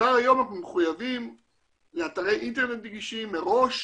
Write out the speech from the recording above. כבר היום אנחנו מחויבים לאתרי אינטרנט נגישים מראש,